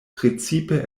precipe